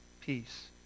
peace